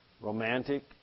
romantic